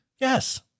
Yes